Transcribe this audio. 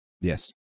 Yes